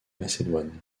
macédoine